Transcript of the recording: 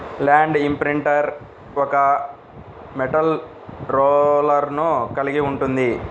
land imprinter ఒక metal రోలర్ను కలిగి ఉంటుంది